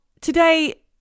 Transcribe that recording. today